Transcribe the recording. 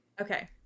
Okay